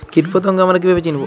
কীটপতঙ্গ আমরা কীভাবে চিনব?